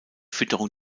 fütterung